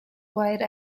white